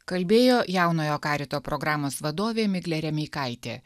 kalbėjo jaunojo karito programos vadovė miglė remeikaitė